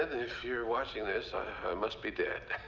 ah if you're watching this, i must be dead.